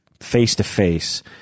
face-to-face